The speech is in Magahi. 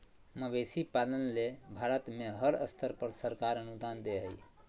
मवेशी पालन ले भारत में हर स्तर पर सरकार अनुदान दे हई